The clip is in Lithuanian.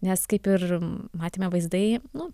nes kaip ir matėme vaizdai nu